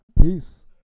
Peace